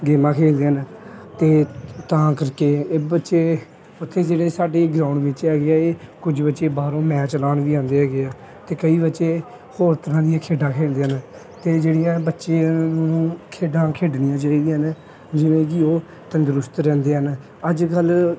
ਗੇਮਾਂ ਖੇਡਦੇ ਹਨ ਅਤੇ ਤਾਂ ਕਰਕੇ ਇਹ ਬੱਚੇ ਉੱਥੇ ਜਿਹੜੇ ਸਾਡੇ ਗਰਾਊਂਡ ਵਿੱਚ ਹੈਗੇ ਹੈ ਇਹ ਕੁਝ ਬੱਚੇ ਬਾਹਰੋਂ ਮੈਚ ਲਾਉਣ ਵੀ ਆਉਂਦੇ ਹੈਗੇ ਹੈ ਅਤੇ ਕਈ ਬੱਚੇ ਹੋਰ ਤਰ੍ਹਾਂ ਦੀਆਂ ਖੇਡਾਂ ਖੇਡਦੇ ਹਨ ਅਤੇ ਜਿਹੜੀਆਂ ਬੱਚਿਆਂ ਨੂੰ ਖੇਡਾਂ ਖੇਡਣੀਆਂ ਚਾਹੀਦੀਆਂ ਹਨ ਜਿਵੇਂ ਕਿ ਉਹ ਤੰਦਰੁਸਤ ਰਹਿੰਦੇ ਹਨ ਅੱਜ ਕੱਲ